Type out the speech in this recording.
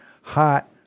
hot